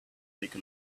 take